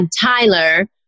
Tyler